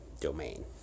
domain